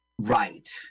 right